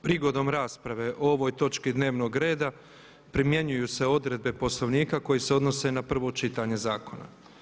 Prigodom rasprave o ovoj točki dnevnog reda primjenjuju se odredbe Poslovnika koje se odnose na prvo čitanje zakona.